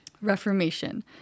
Reformation